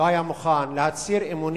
להצהיר אמונים